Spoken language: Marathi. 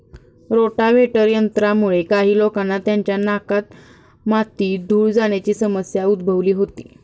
रोटाव्हेटर यंत्रामुळे काही लोकांना त्यांच्या नाकात माती, धूळ जाण्याची समस्या उद्भवली होती